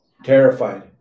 terrified